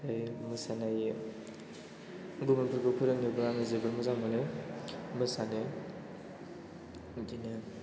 मोसानाय गुबुनफोरखौ फोरोंनोबो आङो जोबोर मोजां मोनो मोसानाय बिदिनो